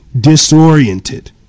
disoriented